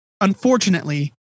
Unfortunately